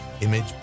image